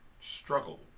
struggle